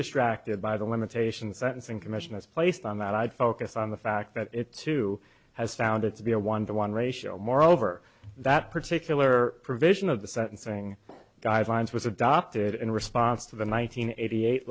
distracted by the limitation the sentencing commission has placed on that i'd focus on the fact that it too has found it to be a one to one ratio moreover that particular provision of the sentencing guidelines was adopted in response to the one nine hundred eighty eight